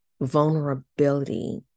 vulnerability